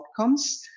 outcomes